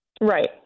Right